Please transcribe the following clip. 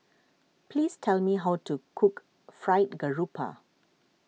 please tell me how to cook Fried Garoupa